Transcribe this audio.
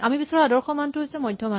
আমি বিচৰা আদৰ্শ মানটো হৈছে মধ্যমান